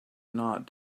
not